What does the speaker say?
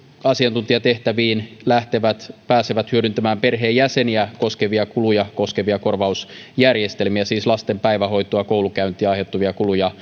asiantuntijatehtäviin lähtevät pääsevät hyödyntämään perheenjäseniä koskevia kuluja koskevia korvausjärjestelmiä siis lasten päivähoidosta koulunkäynnistä aiheutuvia kuluja